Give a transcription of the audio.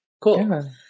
Cool